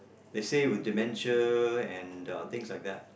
they say with dementia and uh things like that